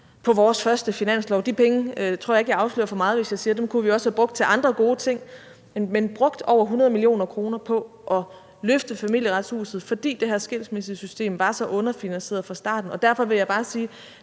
på vores første finanslov. Jeg tror ikke, at jeg afslører for meget, hvis jeg siger, at de penge kunne vi have brugt til andre gode ting. Men vi har brugt over 100 mio. kr. på at løfte Familieretshuset, fordi det her skilsmissesystem var så underfinansieret fra starten. Og derfor vil jeg bare sige: